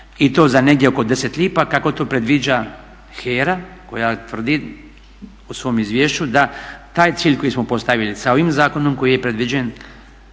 i to za negdje oko 10 lipa kako to predviđa HERA koja tvrdi u svom izvješću da taj cilj koji smo postavili sa ovim zakonom koji je predviđen,